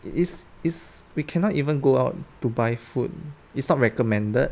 is is we cannot even go out to buy food it's not recommended